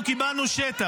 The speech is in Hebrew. הוא החזיר שטח טריטוריאלי.